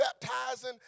baptizing